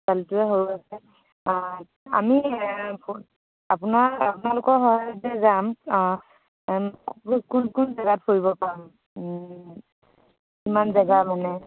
এইটোৱে সৰু হৈ আছে আমি আপো আপোনাৰ আপোনালোকৰ সহায়ত যে যাম কোন কোন জেগাত ফুৰিব পাৰোঁ কিমান জেগা মানে